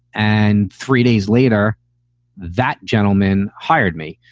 and three days later that gentleman hired me.